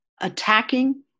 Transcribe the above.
attacking